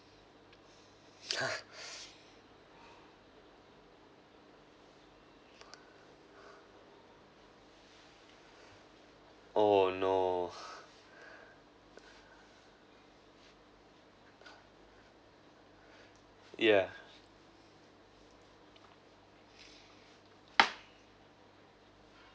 oh no yeah